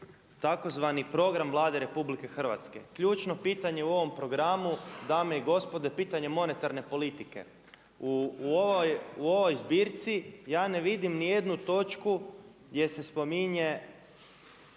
tzv. program Vlade RH, ključno pitanje u ovom programu dame i gospodo je pitanje monetarne politike. U ovoj zbirci ja ne vidim ni jednu točku gdje se spominje